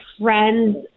friends